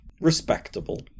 Respectable